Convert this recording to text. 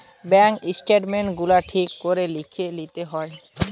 bank statement গুলা ঠিক করে লিখে লিতে হয়